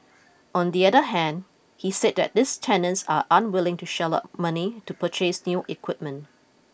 on the other hand he said that these tenants are unwilling to shell out money to purchase new equipment